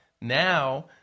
now